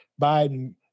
Biden